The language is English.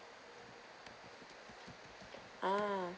ah